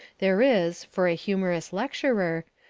there is, for a humorous lecturer,